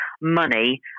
money